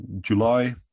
July